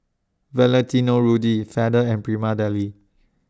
Valentino Rudy Feather and Prima Deli